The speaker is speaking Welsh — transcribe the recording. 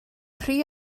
rhy